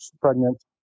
pregnant